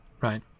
Right